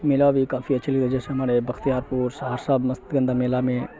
میلا بھی کافی اچھی جیسے ہمارے بختیار پور سہرسہ مست گندا میلہ میں